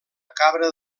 cabra